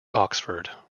oxford